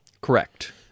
correct